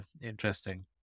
interesting